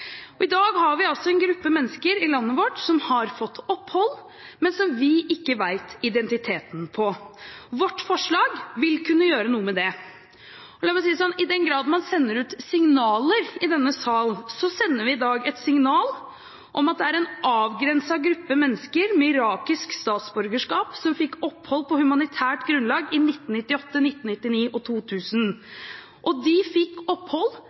Og i dag har vi altså en gruppe mennesker i landet vårt som har fått opphold, men som vi ikke vet identiteten til. Vårt forslag vil kunne gjøre noe med det. La meg si det slik: I den grad man sender ut signaler fra denne sal, så sender vi i dag et signal om at det er en avgrenset gruppe mennesker med irakisk statsborgerskap som fikk opphold på humanitært grunnlag i 1998, 1999 og 2000, og de fikk opphold